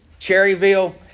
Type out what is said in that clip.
Cherryville